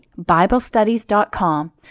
BibleStudies.com